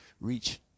reach